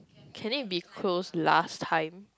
can it be close last time